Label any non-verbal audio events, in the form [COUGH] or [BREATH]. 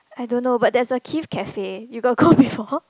I don't know but there's a Kith Cafe you got [BREATH] go before